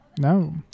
no